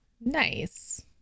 Nice